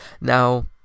Now